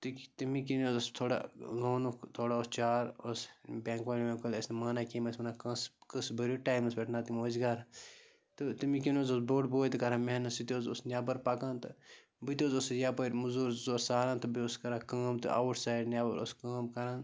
تہِ تَمی کِنۍ حظ اوس تھوڑا لونُک تھوڑا اوس چار اوس بٮ۪نٛک وٲلۍ وٮ۪نٛک وٲلۍ ٲسۍ نہٕ مانان کِہیٖنۍ یِم ٲسۍ وَنان قٕنٛس قٕسط بٔرو ٹایمَس پٮ۪ٹھ نَتہٕ یِمو أسۍ گَرٕ تہٕ تَمی کِنۍ حظ اوس بوٚڑ بوے تہٕ کَران محنت سُہ تہِ حظ اوس نٮ۪بَر پَکان تہٕ بہٕ تہِ حظ اوسُس یَپٲرۍ مٔزوٗر زٕ ژور ساران تہٕ بیٚیہِ اوس کَران کٲم تہٕ آوُٹ سایِڈ نٮ۪بَر اوس کٲم کَران